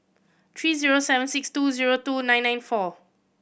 three zero seven six two zero two nine nine four